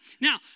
Now